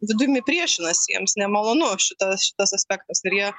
vidumi priešinasi jiems nemalonu šitas šitas aspektas ir jie